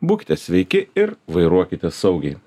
būkite sveiki ir vairuokite saugiai